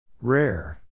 Rare